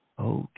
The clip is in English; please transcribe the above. Okay